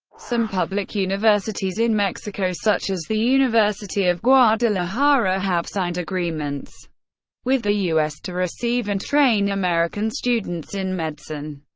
some public universities in mexico, such as the university of guadalajara, have signed agreements with the u s. to receive and train american students in medicine.